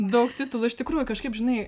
daug titulų iš tikrųjų kažkaip žinai